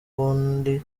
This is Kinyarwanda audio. ubundi